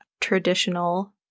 traditional